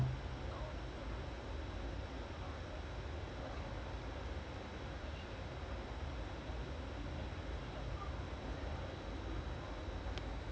now like ஆமா இரண்டு:aamaa irandu teams um inform now lah and I think this two are the teams that I actually constantly I can say lah in a way because even Liverpool and city now they like